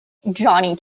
johnny